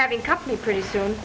having company pretty soon